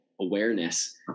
awareness